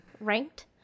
Ranked